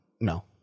no